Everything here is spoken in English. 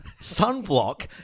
sunblock